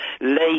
late